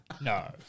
No